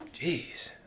Jeez